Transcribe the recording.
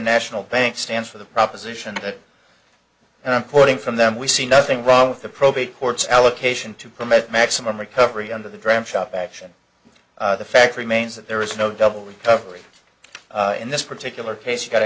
national bank stands for the proposition that and i'm quoting from them we see nothing wrong with the probate courts allocation to permit maximum recovery under the dram shop action the fact remains that there is no double recovery in this particular case you got